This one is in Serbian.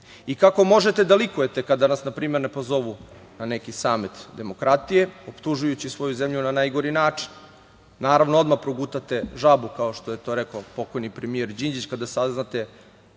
Kako možete da likujete kada nas na primer ne pozovu na neki samit demokratije, optužujući svoju zemlju na najgori način? Naravno, odmah progutate žabu, kao što je to rekao pokojni premijer Đinđić, kada saznate